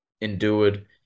endured